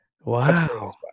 wow